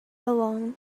along